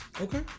okay